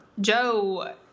Joe